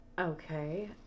Okay